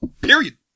Period